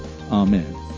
Amen